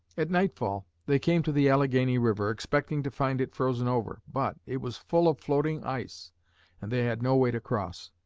at nightfall they came to the allegheny river, expecting to find it frozen over, but it was full of floating ice and they had no way to cross.